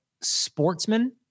sportsman